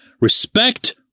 Respect